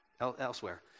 elsewhere